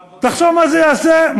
עבודה, הם צריכים עבודה.